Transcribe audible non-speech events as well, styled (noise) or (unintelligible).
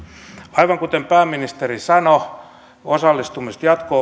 aivan kuten pääministeri sanoi osallistumiset jatko (unintelligible)